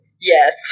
Yes